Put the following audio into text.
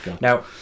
Now